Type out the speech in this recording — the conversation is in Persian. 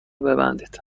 ببندید